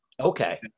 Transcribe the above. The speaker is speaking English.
Okay